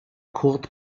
kurt